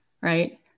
right